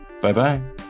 Bye-bye